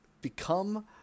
become